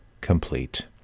complete